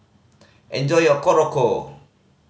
enjoy your Korokke